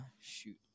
shoot